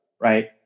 Right